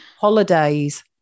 holidays